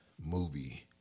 movie